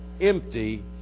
empty